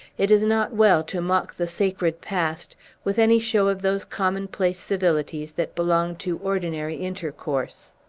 it is not well to mock the sacred past with any show of those commonplace civilities that belong to ordinary intercourse.